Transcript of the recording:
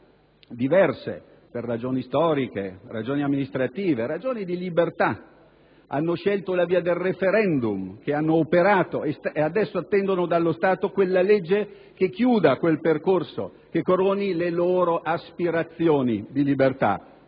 diverse per ragioni storiche, amministrative e per ragioni di libertà. Tali soggetti hanno scelto la via del *referendum* - che hanno operato - e adesso attendono dallo Stato la legge che chiuda quel percorso, che coroni le loro aspirazioni di libertà.